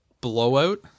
blowout